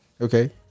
okay